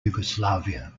yugoslavia